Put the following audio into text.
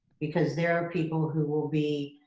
because there are people who will be